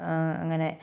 അങ്ങനെ